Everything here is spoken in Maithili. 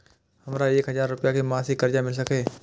हमरा एक हजार रुपया के मासिक कर्जा मिल सकैये?